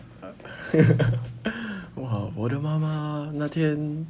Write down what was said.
!wah! 我的妈妈那天